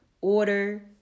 order